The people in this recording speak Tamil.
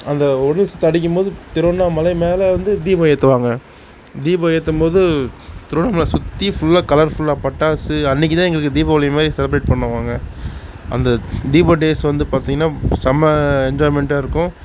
அந்த ஒலிச்சத்தம் அடிக்கும்போது திருவண்ணாமலை மேலே வந்து தீபம் ஏற்றுவாங்க தீபம் ஏற்றும்போது திருவண்ணாமலை சுற்றி ஃபுல்லா கலர் ஃபுல்லாக பட்டாசு அன்றைக்குதான் எங்களுக்கு தீபாவளிமாதிரி செலிபிரேட் பண்ணுவாங்க அந்த தீப டேஸ் வந்து பார்த்திங்கனா செமை என்ஜாய்மன்ட்டாயிருக்கும்